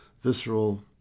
visceral